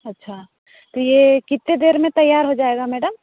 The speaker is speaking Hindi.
अच्छा तो ये कितने देर में तैयार हो जाएगा मैडम